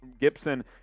Gibson